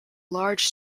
large